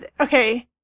okay